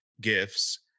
gifts